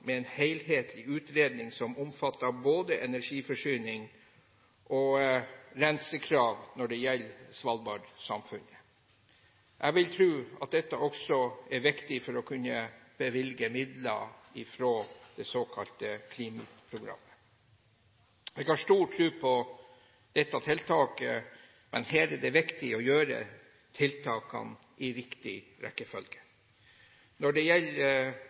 med en helhetlig utredning som omfatter både energiforsyning og rensekrav når det gjelder Svalbard-samfunnet. Jeg vil tro at dette også er viktig for å kunne bevilge midler fra det såkalte CLIMIT-programmet. Jeg har stor tro på dette tiltaket, men her er det viktig å gjøre tiltakene i riktig rekkefølge. Når det gjelder